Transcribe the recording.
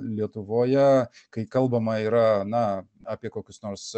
lietuvoje kai kalbama yra na apie kokius nors